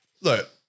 Look